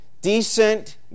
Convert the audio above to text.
decent